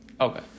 Okay